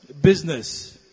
business